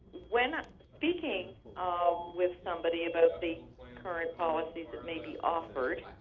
when i'm speaking um with somebody about the current policies that may be offered